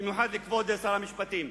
במיוחד לכבוד שר המשפטים.